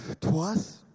Twice